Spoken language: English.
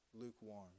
lukewarm